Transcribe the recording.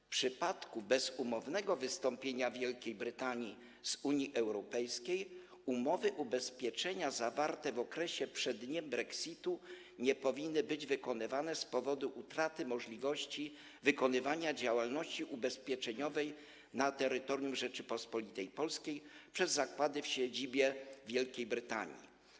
W przypadku bezumownego wystąpienia Wielkiej Brytanii z Unii Europejskiej umowy ubezpieczenia zawarte w okresie przed dniem brexitu nie powinny być wykonywane z powodu utraty możliwości wykonywania działalności ubezpieczeniowej na terytorium Rzeczypospolitej Polskiej przez zakłady z siedzibą w Wielkiej Brytanii.